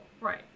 Right